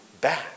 back